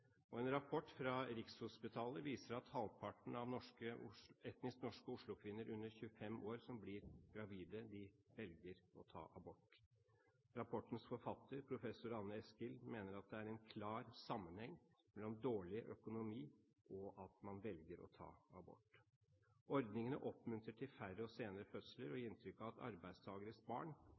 kr. En rapport fra Rikshospitalet viser at halvparten av etnisk norske Oslo-kvinner under 25 år som blir gravide, velger å ta abort. Rapportens forfatter, professor Anne Eskild, mener at det er en klar sammenheng mellom dårlig økonomi og det at man velger å ta abort. Ordningene oppmuntrer til færre og senere fødsler og gir inntrykk av at arbeidstakeres barn